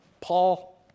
Paul